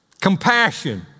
compassion